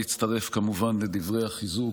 להצטרף כמובן לדברי החיזוק,